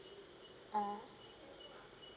uh